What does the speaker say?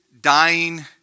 dying